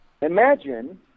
Imagine